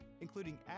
including